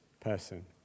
person